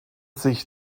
sich